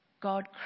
God